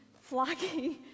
flocking